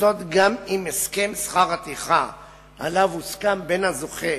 זאת גם אם הסכם שכר הטרחה שעליו הוסכם בין הזוכה